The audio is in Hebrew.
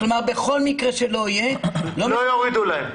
כלומר, בכל מקרה שלא יהיה --- לא יורידו להם.